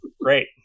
great